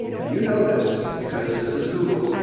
and you know this because this is google,